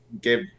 give